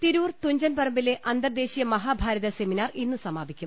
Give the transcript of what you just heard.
തിരൂർ തുഞ്ചൻപറമ്പിലെ അന്തർദേശീയ മഹാഭാരത സെമിനാർ ഇന്ന് സമാപിക്കും